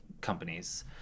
companies